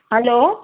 hello